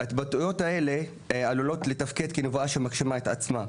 ההתבטאויות האלה עלולות לתפקד כנבואה שמגשימה את עצמה.